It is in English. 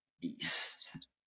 East